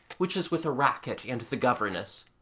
which is with a racquet and the governess.